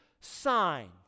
sign